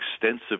extensive